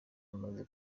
amaze